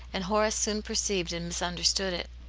and horace soon perceived and misunderstood it.